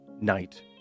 night